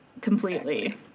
completely